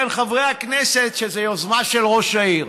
אומרים לי כאן חברי הכנסת שזו יוזמה של ראש העיר.